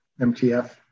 MTF